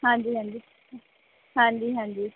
ਹਾਂਜੀ ਹਾਂਜੀ ਹਾਂਜੀ ਹਾਂਜੀ